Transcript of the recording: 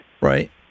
Right